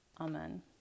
Amen